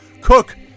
Cook